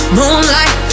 moonlight